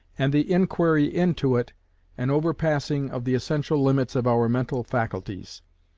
and the inquiry into it an overpassing of the essential limits of our mental faculties.